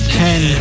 ten